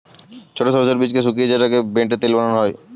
ছোট সর্ষের বীজকে শুকিয়ে সেটাকে বেটে তেল বানানো হয়